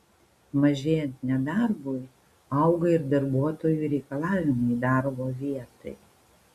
mažėjant nedarbui auga ir darbuotojų reikalavimai darbo vietai